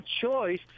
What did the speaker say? choice